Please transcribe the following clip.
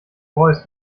voice